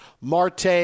Marte